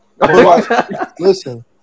Listen